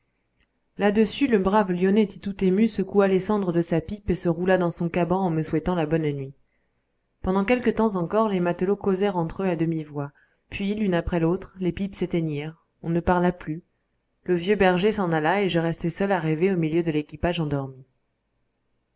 là-dessus le brave lionetti tout ému secoua les cendres de sa pipe et se roula dans son caban en me souhaitant la bonne nuit pendant quelque temps encore les matelots causèrent entre eux à demi-voix puis l'une après l'autre les pipes s'éteignirent on ne parla plus le vieux berger s'en alla et je restai seul à rêver au milieu de l'équipage endormi